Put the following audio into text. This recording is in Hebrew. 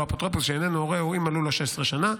אפוטרופוס שאינו הורהו אם מלאו לו 16 שנה.